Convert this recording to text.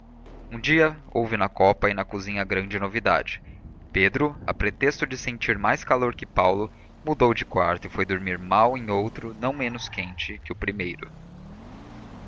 um dia houve na copa e na cozinha grande novidade pedro a pretexto de sentir mais calor que paulo mudou de quarto e foi dormir mal em outro não menos quente que o primeiro